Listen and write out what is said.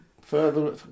further